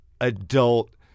adult